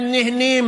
הם נהנים